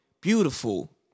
Beautiful